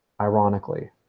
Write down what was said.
ironically